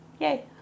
yay